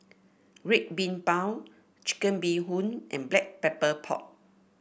Red Bean Bao Chicken Bee Hoon and Black Pepper Pork